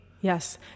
yes